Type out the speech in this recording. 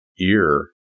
ear